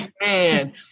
man